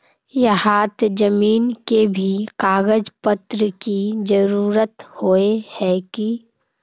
यहात जमीन के भी कागज पत्र की जरूरत होय है की?